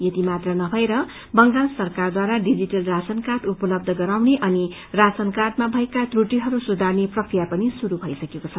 यति मात्र नभएर बंगाल सरकारद्वारा डिजिटल राशन कार्ड उपलब्ध गराउने अनि राशन कार्डमा भएका त्रुटिहरू सुधार्ने प्रक्रिया पनि शुरू भइसकेको छ